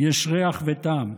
יש ריח וטעם,